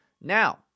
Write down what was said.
Now